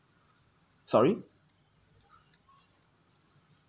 sorry